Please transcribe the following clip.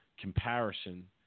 comparison